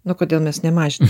nu kodėl mes nemažinam